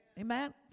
amen